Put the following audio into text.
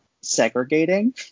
segregating